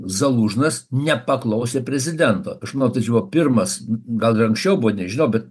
zalužnas nepaklausė prezidento aš manau tai čia buvo pirmas gal ir anksčiau buvo nežinau bet